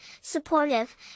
supportive